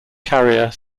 carrier